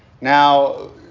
Now